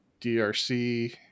DRC